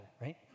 right